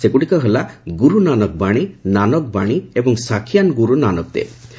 ସେଗୁଡ଼ିକ ହେଲା 'ଗୁରୁ ନାନକ ବାଣୀ' 'ନାନକ ବାଣୀ' ଏବଂ 'ସାଖିଆନ୍ ଗୁରୁ ନାନକ ଦେବ'